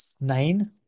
nine